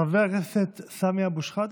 חבר הכנסת סמי אבו שחאדה,